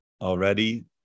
already